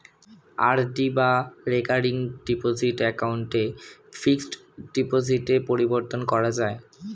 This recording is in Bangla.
আর.ডি বা রেকারিং ডিপোজিট অ্যাকাউন্টকে ফিক্সড ডিপোজিটে পরিবর্তন করা যায়